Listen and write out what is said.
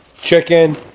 Chicken